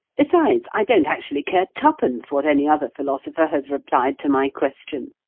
besides, i don't actually care twopence what any other philosopher has replied to my question.